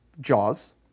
Jaws